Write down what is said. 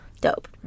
dope